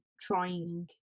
trying